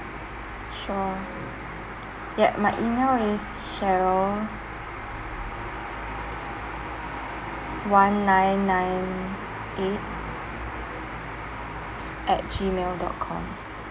sure ya my email is cheryl one nine nine eight at gmail dot com